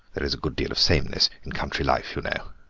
there is a good deal of sameness in country life, you know.